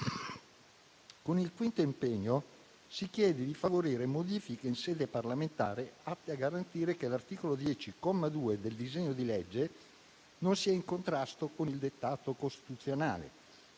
Con il quinto impegno, si chiede di favorire modifiche in sede parlamentare atte a garantire che l'articolo 10, comma 2, del disegno di legge non sia in contrasto con il dettato costituzionale.